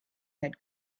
had